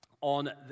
on